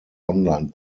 online